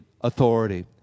authority